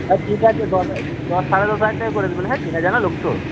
আর ঠিক আছে দশ হাজার দশ হাজার টাকায় করে দেবেন হ্যাঁ চেনাজানা লোক তো